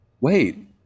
Wait